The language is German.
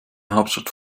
hauptstadt